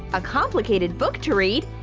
a complicated book to read!